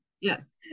Yes